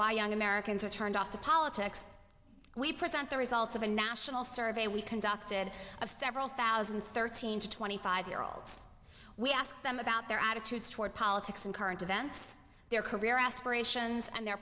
why young americans are turned off to politics we present the results of a national survey we conducted of several thousand and thirteen to twenty five year olds we asked them about their attitudes toward politics and current events their career aspirations and their